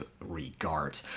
regard